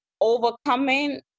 overcoming